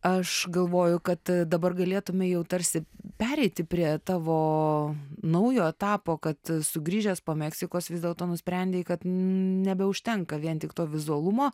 aš galvoju kad dabar galėtume jau tarsi pereiti prie tavo naujo etapo kad sugrįžęs po meksikos vis dėlto nusprendei kad nebeužtenka vien tik to vizualumo